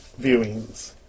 viewings